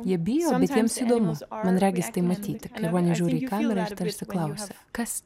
jie bijo bet jiems įdomu man regis tai matyti gyvūnai žiūri į kamerą ir tarsi klausia kas